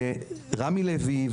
רמי לוי,